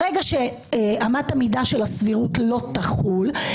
ברגע שאמת המידה של הסבירות לא תחול,